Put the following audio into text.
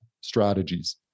strategies